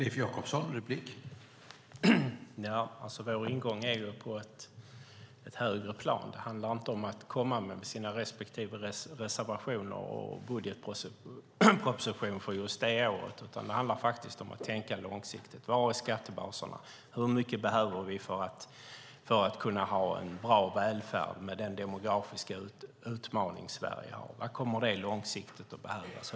Herr talman! Vår ingång i detta ligger på ett högre plan. Det handlar inte om att komma med sina respektive reservationer och budgetpropositioner för just det året, utan det handlar faktiskt om att tänka långsiktigt. Var är skattebaserna? Hur mycket behöver vi för att kunna ha en bra välfärd med den demografiska utmaning Sverige har? Vad kommer långsiktigt att behöva anpassas?